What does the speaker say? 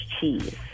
cheese